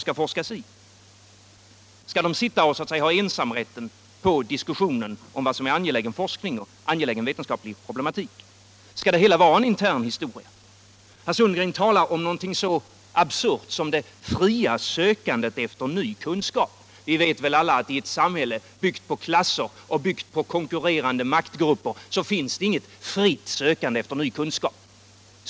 Skall man där sitta och så att säga ha ensamrätt på diskussionen om vad som är angelägen forskning och angelägen vetenskaplig problematik? Skall hela forskningen vara en intern historia? Herr Sundgren talade om något så absurt som det fria sökandet efter ny kunskap. Vi vet väl alla att i ett samhälle byggt på klasser och konkurrerande fackgrupper finns det inget fritt sökande efter ny kunskap.